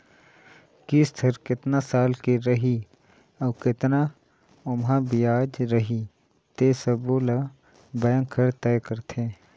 किस्त हर केतना साल के रही अउ केतना ओमहा बियाज लगही ते सबो ल बेंक हर तय करथे